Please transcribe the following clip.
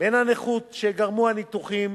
בין הנכות שגרמו הניתוחים